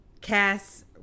Cass